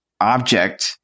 object